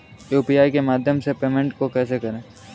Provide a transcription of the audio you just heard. UPI के माध्यम से पेमेंट को कैसे करें?